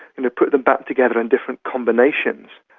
you know put them back together in different combinations,